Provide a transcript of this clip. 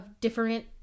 different